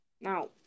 Now